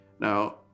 Now